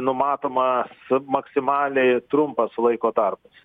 numatomas maksimaliai trumpas laiko tarpas